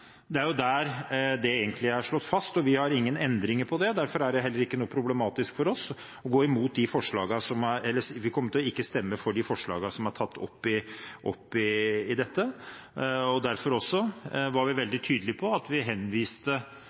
er der det er slått fast, og vi har ingen endringer når det gjelder det. Derfor er det heller ikke problematisk for oss, så vi kommer ikke til å stemme imot de forslagene som er tatt opp om dette. Derfor var vi også veldig tydelige på at vi henviste